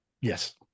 Yes